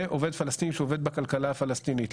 לעובד פלסטיני שעובד בכלכלה הפלסטינית.